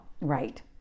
Right